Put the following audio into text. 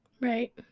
Right